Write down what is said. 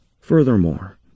Furthermore